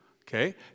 Okay